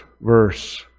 verse